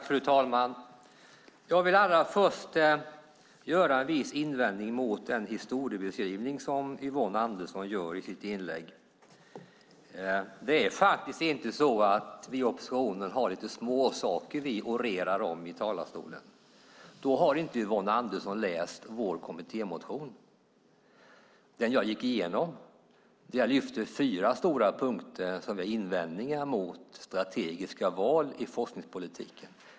Fru talman! Allra först har jag en invändning mot den historieskrivning som Yvonne Andersson gör i sitt inlägg. Det är faktiskt inte småsaker vi i oppositionen orerar om i talarstolen. I så fall har Yvonne Andersson inte läst vår kommittémotion. Jag gick igenom den och lyfte fram fyra stora punkter som gällde invändningar mot strategiska val i forskningspolitiken.